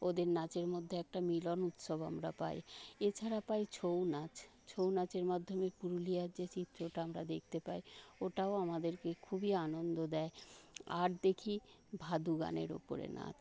ওদের নাচের মধ্যে একটা মিলন উৎসব আমরা পাই এছাড়া পাই ছৌনাচ ছৌনাচের মাধ্যমে পুরুলিয়ার যে চিত্রটা আমরা দেখতে পাই ওটাও আমাদেরকে খুবই আনন্দ দেয় আর দেখি ভাদু গানের ওপরে নাচ